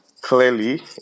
clearly